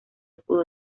pudo